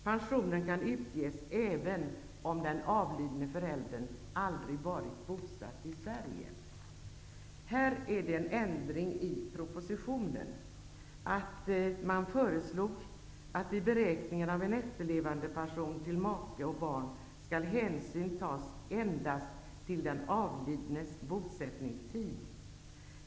Pensionen kan utges även om den avlidne föräldern aldrig varit bosatt i Sverige. Här görs det en ändring i propositionen, där det föreslogs, att vid beräkningen av efterlevandepension till make och barn skall hänsyn tas endast till den avlidnes bosättningstid.